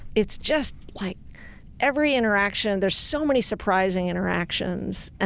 it's just, like every interaction, there's so many surprising interactions. ah